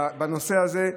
בנושא הזה,